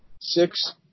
Six